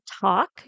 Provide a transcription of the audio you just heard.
talk